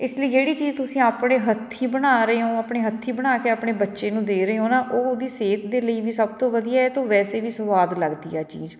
ਇਸ ਲਈ ਜਿਹੜੀ ਚੀਜ਼ ਤੁਸੀਂ ਆਪਣੇ ਹੱਥੀਂ ਬਣਾ ਰਹੇ ਹੋ ਆਪਣੇ ਹੱਥੀਂ ਬਣਾ ਕੇ ਆਪਣੇ ਬੱਚੇ ਨੂੰ ਦੇ ਰਹੇ ਹੋ ਨਾ ਉਹ ਉਹਦੀ ਸਿਹਤ ਦੇ ਲਈ ਵੀ ਸਭ ਤੋਂ ਵਧੀਆ ਹੈ ਅਤੇ ਉਹ ਵੈਸੇ ਵੀ ਸਵਾਦ ਲੱਗਦੀ ਹੈ ਚੀਜ਼